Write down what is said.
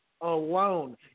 alone